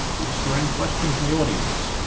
is there any question from the audience?